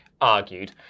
argued